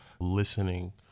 listening